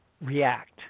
react